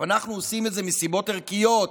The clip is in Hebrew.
אנחנו עושים את זה מסיבות ערכיות.